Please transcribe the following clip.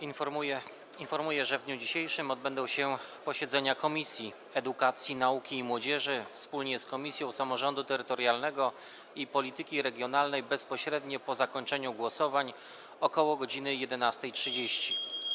Informuję, że w dniu dzisiejszym odbędą się posiedzenia Komisji: - Edukacji, Nauki i Młodzieży wspólnie z Komisją Samorządu Terytorialnego i Polityki Regionalnej - bezpośrednio po zakończeniu głosowań, ok. godz. 11.30,